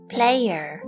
Player